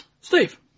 Steve